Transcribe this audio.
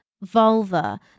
vulva